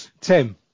Tim